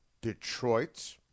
Detroit